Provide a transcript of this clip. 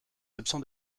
options